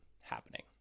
happening